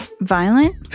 Violent